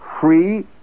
free